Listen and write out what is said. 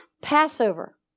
Passover